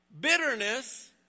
bitterness